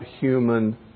human